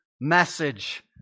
message